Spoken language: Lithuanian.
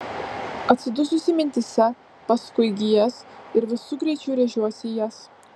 atsidususi mintyse pasuku į gijas ir visu greičiu rėžiuosi į jas